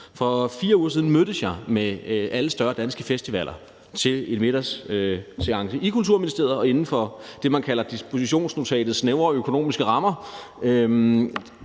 For 4 uger siden mødtes jeg med alle større danske festivaler til en middagsseance i Kulturministeriet og inden for det, man kalder dispositionsnotatets snævre økonomiske rammer,